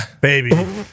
Baby